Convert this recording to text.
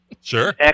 Sure